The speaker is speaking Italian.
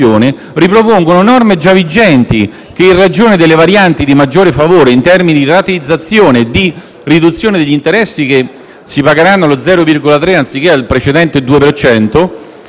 ripropongono norme già vigenti, che, in ragione delle varianti di maggiore favore in termini di rateizzazione e di riduzione degli interessi (che si pagheranno allo 0,3 anziché al precedente 2